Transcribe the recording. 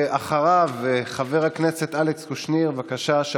אחריו, חבר הכנסת אלכס קושניר, בבקשה.